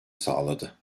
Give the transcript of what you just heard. sağladı